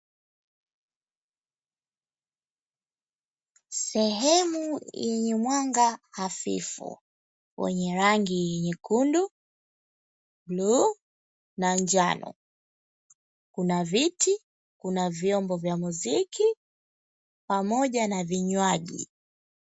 Sehemu yenye mwanga hafifu wenye rangi nyekundu, bluu na njano; kuna viti, vyombo vya muziki, pamoja na vinywaji.